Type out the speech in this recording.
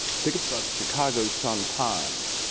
i think it's by the chicago sun times,